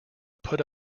put